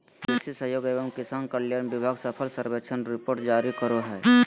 कृषि सहयोग एवं किसान कल्याण विभाग फसल सर्वेक्षण रिपोर्ट जारी करो हय